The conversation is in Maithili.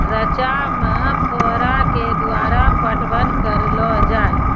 रचा मे फोहारा के द्वारा पटवन करऽ लो जाय?